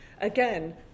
Again